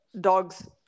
dogs